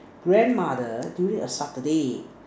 grandmother during a Saturday